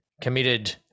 committed